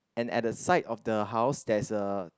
and at the side of the house there's a